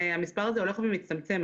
המספר הזה הולך ומצטמצם.